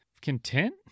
content